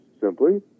simply